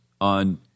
on